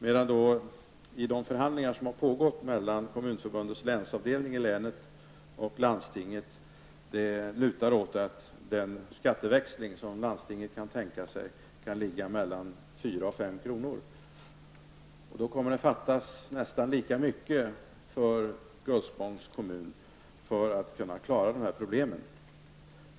Enligt de förhandlingar som förts mellan Kommunförbundets länsavdelning och landstinget lutar det åt att den skatteväxling som landstinget kan tänka sig ligger på mellan 4 och 5 kr. Då kommer det att fattas nästan lika mycket för Gullspång för att man skall kunna klara dessa problem.